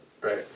Right